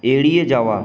এড়িয়ে যাওয়া